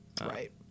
Right